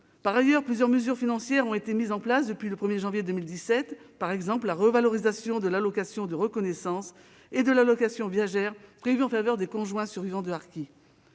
Par ailleurs, plusieurs mesures financières ont été prises depuis le 1 janvier 2017, par exemple la revalorisation de l'allocation de reconnaissance et de l'allocation viagère prévue en faveur des conjoints survivants de harkis.